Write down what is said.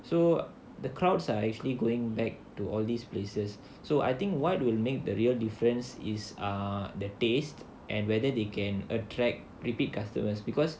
so the crowds are actually going back to all these places so I think what will make the real difference is ah the taste and whether they can attract repeat customers because